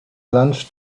lunch